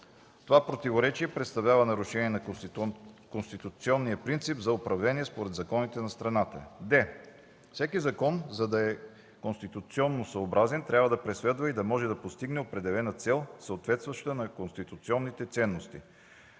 Това противоречие представлява нарушение на конституционния принцип за управление според законите на страната. д) Всеки закон, за да е конституционосъобразен, трябва да преследва и да може да постигне определена цел, съответстваща на конституционните ценности.